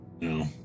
No